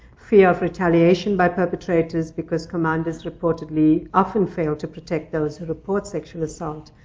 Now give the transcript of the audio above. fear of retaliation by perpetrators, because commanders reportedly often fail to protect those who report sexual assault.